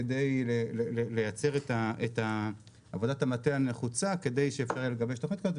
כדי לייצר את עבודת המטה הנחוצה כדי שאפשר יהיה לגבש תוכנית כזאת,